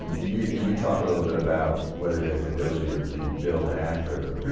um you you talk a little bit about whether he has the ability to rebuild after.